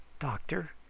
doctor!